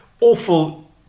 awful